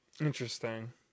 Interesting